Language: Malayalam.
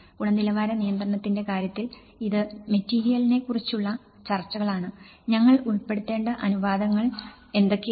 ഗുണനിലവാര നിയന്ത്രണത്തിന്റെ കാര്യത്തിൽ ഇത് മെറ്റീരിയലിനെ കുറിച്ചുള്ള ചർച്ചകളാണ് ഞങ്ങൾ ഉൾപ്പെടുത്തേണ്ട അനുപാതങ്ങൾ എന്തൊക്കെയാണ്